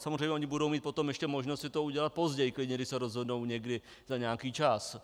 Samozřejmě, oni budou mít potom ještě možnost si to udělat později, klidně, když se rozhodnou někdy za nějaký čas.